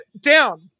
down